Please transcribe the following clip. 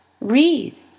Read